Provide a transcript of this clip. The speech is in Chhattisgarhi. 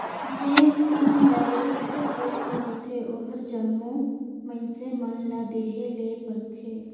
जेन इनडायरेक्ट टेक्स होथे ओहर जम्मो मइनसे मन ल देहे ले परथे